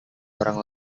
orang